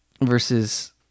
versus